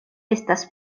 estas